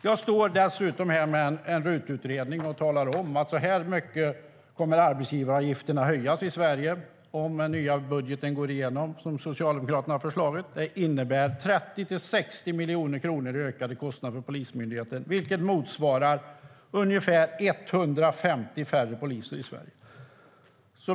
Jag står dessutom här med en RUT-utredning och talar om hur mycket arbetsgivaravgifterna kommer att höjas med i Sverige om den nya budget som Socialdemokraterna föreslagit går igenom. Det innebär 30-60 miljoner kronor i ökade kostnader för Polismyndigheten, vilket motsvarar ungefär 150 färre poliser i Sverige.